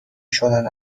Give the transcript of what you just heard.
شدن